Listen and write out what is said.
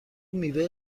میوه